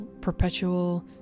perpetual